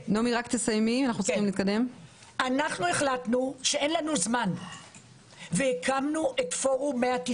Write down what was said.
אנחנו החלטנו שאין לנו זמן והקמנו את פורום 190